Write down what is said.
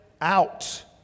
out